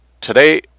Today